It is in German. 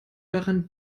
daran